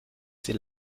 sie